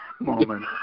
moment